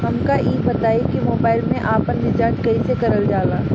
हमका ई बताई कि मोबाईल में आपन रिचार्ज कईसे करल जाला?